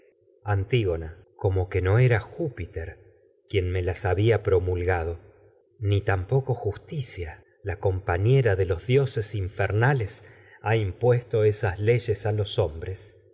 antígona había como que no era júpiter quien me las promulgado ni dioses tampoco justicia la compañera leyes a de los infernales creí e yo ha tus impuesto esas los hombres